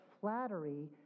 flattery